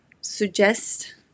suggest